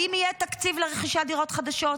האם יהיה תקציב לרכישת דירות חדשות?